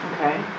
Okay